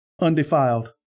undefiled